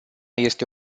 este